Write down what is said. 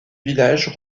village